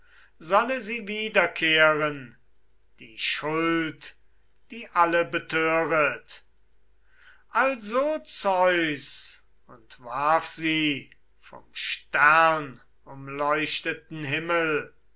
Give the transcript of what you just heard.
solle sie wiederkehren die schuld die alle betöret also zeus und warf sie vom sternumleuchteten himmel